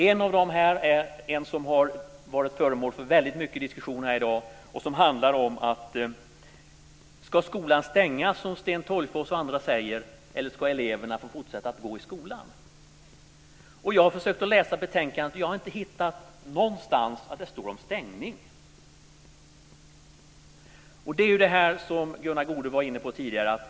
En av de synpunkterna har varit föremål för väldigt mycket diskussioner här i dag. Ska skolan stängas, som Sten Tolgfors och andra säger, eller ska eleverna få fortsätta att gå i skolan? Jag har försökt att läsa betänkandet. Jag har inte hittat att det någonstans står om stängning. Det är det som Gunnar Goude var inne på tidigare.